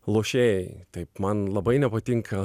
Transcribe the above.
lošėjai taip man labai nepatinka